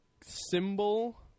symbol